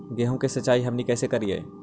गेहूं के सिंचाई हमनि कैसे कारियय?